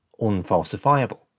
unfalsifiable